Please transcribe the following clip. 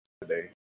today